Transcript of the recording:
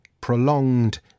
prolonged